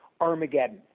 Armageddon